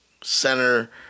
center